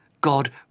God